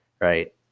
right